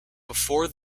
before